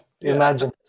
Imagine